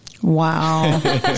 wow